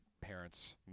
Parents